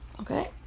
okay